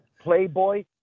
Playboy